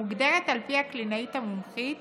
המוגדרת על פי הקלינאית המומחית